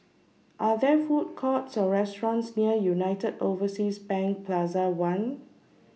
Are There Food Courts Or restaurants near United Overseas Bank Plaza one